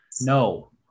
No